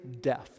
death